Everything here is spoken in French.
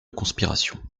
conspiration